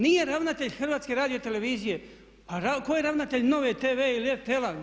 Nije ravnatelj HRT-a, a tko je ravnatelj NOVE TV ili RTL-a?